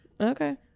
okay